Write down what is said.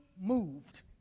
moved